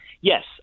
yes